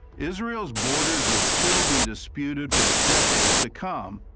israel's borders would still be disputed for decades to come.